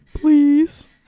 Please